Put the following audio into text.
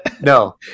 No